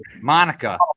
monica